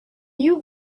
you